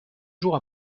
jours